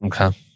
Okay